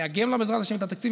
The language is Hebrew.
נאגם לה את התקציב,